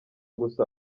gusa